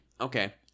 Okay